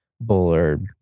Bullard